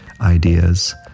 ideas